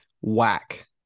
whack